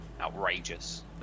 outrageous